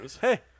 Hey